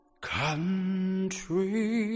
country